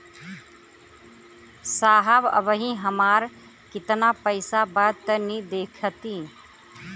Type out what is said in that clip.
साहब अबहीं हमार कितना पइसा बा तनि देखति?